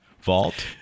Vault